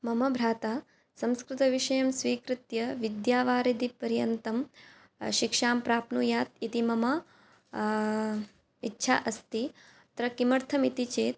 मम भ्राता संस्कृतविषयं स्वीकृत्य विद्यावारिधिपर्यन्तं शिक्षां प्राप्नुयात् इति मम इच्छा अस्ति अत्र किमर्थमिति चेत्